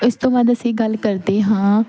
ਇਸ ਤੋਂ ਬਾਅਦ ਅਸੀਂ ਗੱਲ ਕਰਦੇ ਹਾਂ